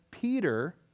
Peter